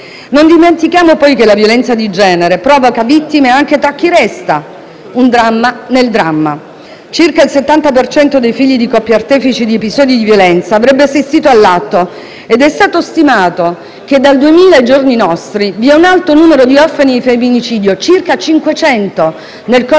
Non dimentichiamo poi che la violenza di genere provoca vittime anche tra chi resta, un dramma nel dramma. Circa il 70 per cento dei figli di coppie artefici di episodi di violenza, avrebbe assistito all'atto ed è stato stimato che dal 2000 ai giorni nostri vi è un alto numero di orfani di femminicidio, circa 500 nel corso